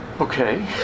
Okay